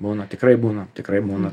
būna tikrai būna tikrai būna